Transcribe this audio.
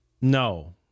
No